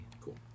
cool